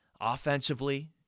Offensively